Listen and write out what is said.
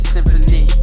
Symphony